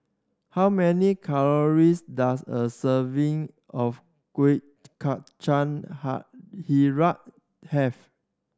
how many calories does a serving of Kueh Kacang ha have